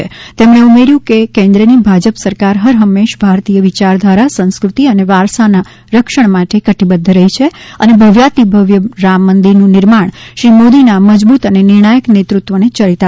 શ્રી શાહે ઉમેર્યું છે કે કેન્દ્રની ભાજપ સરકાર હર હંમેશ ભારતીય વિચારધારા સંસ્ટ્રતિ અને વારસા ના રક્ષણ માટે કટિબદ્વ રહી છે અને ભવ્યાતિભવ્ય રામમંદિર નું નિર્માણ શ્રી મોદી ના મજબૂત અને નિર્ણાયક નેતૃત્વને યરિતાર્થ કરે છે